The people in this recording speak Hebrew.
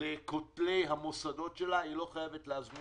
לכותלי המוסדות שלה היא לא חייבת להזמין